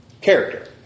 character